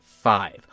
five